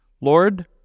Lord